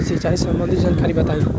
सिंचाई संबंधित जानकारी बताई?